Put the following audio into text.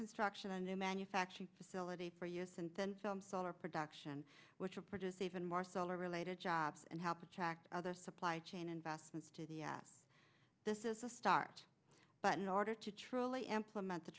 construction a new manufacturing facility for years and then solar production which will produce even more solar related jobs and help attract other supply chain investments to the this is a start but in order to truly implement